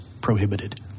prohibited